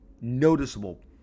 noticeable